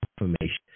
information